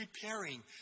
preparing